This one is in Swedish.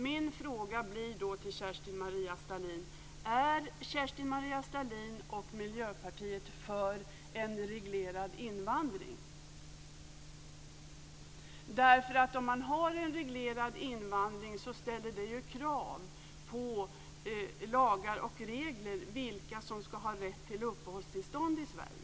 Min fråga blir då: Är Kerstin-Maria Stalin och Miljöpartiet för en reglerad invandring? Om man har en reglerad invandring ställer det ju krav på lagar och regler när det gäller vilka som ska ha rätt till uppehållstillstånd i Sverige.